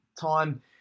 time